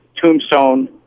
tombstone